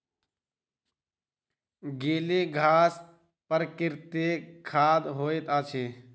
गीली घास प्राकृतिक खाद होइत अछि